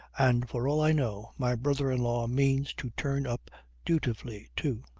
and for all i know, my brother-in-law means to turn up dutifully too.